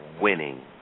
winning